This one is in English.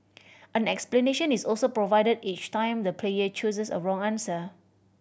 an explanation is also provided each time the player chooses a wrong answer